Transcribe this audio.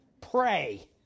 Pray